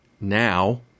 now